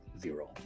zero